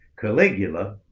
Caligula